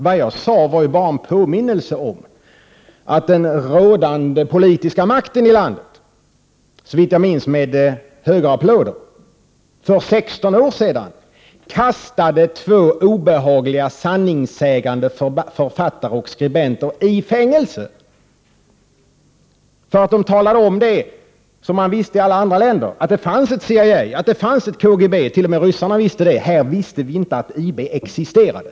Vad jag sade var ju bara en påminnelse om att den rådande politiska makten i landet för 16 år sedan, såvitt jag vet med höga applåder, kastade två obehagliga sanningssägande författare och skribenter i fängelse, därför att de talade om det som man visste i alla länder: att det fanns ett CIA, att det fanns ett KGB —- t.o.m. ryssarna visste det. Här visste vi inte att IB existerade.